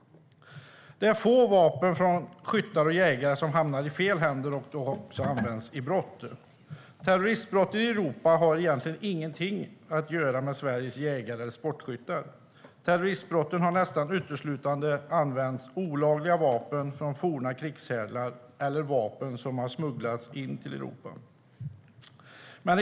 Det är få vapen från skyttar och jägare som hamnar i fel händer och som används vid brott. Terroristbrott i Europa har egentligen ingenting med Sveriges jägare eller sportskyttar att göra. Vid terroristbrotten är det nästan uteslutande olagliga vapen från forna krigshärdar eller vapen som har smugglats in i Europa som har använts.